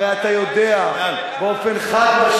הרי אתה יודע באופן חד-משמעי,